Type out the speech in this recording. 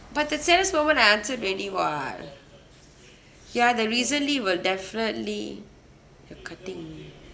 but the saleswoman I answered already [what] ya the recently will definitely you're cutting